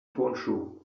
turnschuh